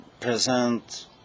present